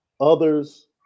others